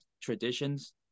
traditions